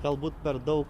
galbūt per daug